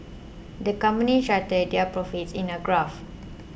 the company charted their profits in a graph